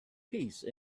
peace